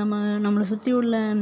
நம்ம நம்மளை சுற்றி உள்ள